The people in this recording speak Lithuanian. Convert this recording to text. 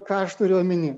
ką aš turiu omeny